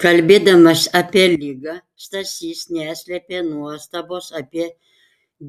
kalbėdamas apie ligą stasys neslėpė nuostabos apie